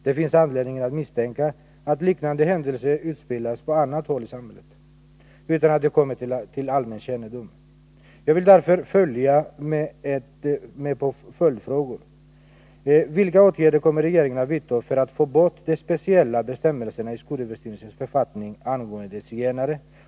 Det finns anledning att misstänka att liknande händelser utspelas på andra håll i samhället, utan att det kommer till allmän kännedom.